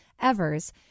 Evers